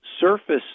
surface